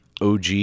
OG